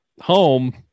home